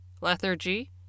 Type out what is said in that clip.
lethargy